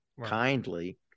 kindly